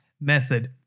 method